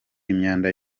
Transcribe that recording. imyanda